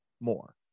more